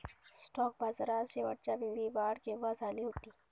Stock बाजारात शेवटच्या वेळी वाढ केव्हा झाली होती?